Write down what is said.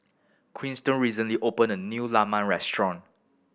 Kiersten recently opened a new Lemang restaurant